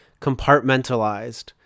compartmentalized